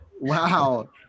Wow